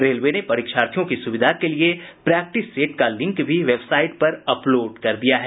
railway ने परीक्षार्थियों की सुविधा के लिए प्रैक्टिस सेट का लिंक भी वेबसाईट पर अपलोड कर दिया है